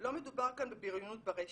לא מדובר כאן בבריונות ברשת.